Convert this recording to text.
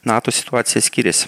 nato situacija skiriasi